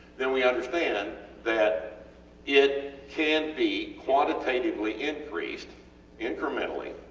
then we understand that it can be quantitatively increased incrementally